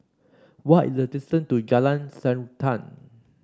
what is the distance to Jalan Srantan